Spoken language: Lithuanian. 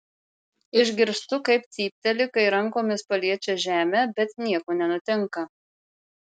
išgirstu kaip cypteli kai rankomis paliečia žemę bet nieko nenutinka